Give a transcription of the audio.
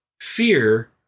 Fear